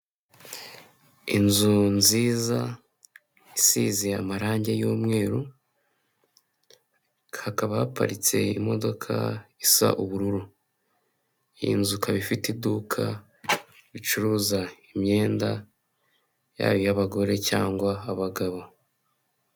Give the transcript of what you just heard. Inzu nziza isize amarangi y'umweru hakaba haparitse imodoka isa ubururu, inzu ikaba ifite iduka ricuruza imyenda yaba iy'abagore cyangwa abagabo.